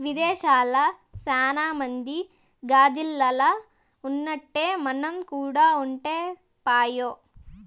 విదేశాల్ల సాన మంది గాజిల్లల్ల ఉన్నట్టే మనం కూడా ఉంటే పాయె